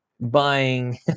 buying